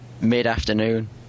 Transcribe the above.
Mid-afternoon